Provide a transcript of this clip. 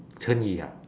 成语啊